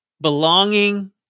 belonging